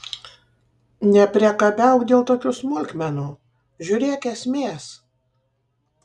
nepriekabiauk dėl tokių smulkmenų žiūrėk esmės